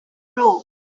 robe